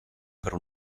per